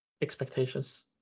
expectations